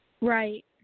right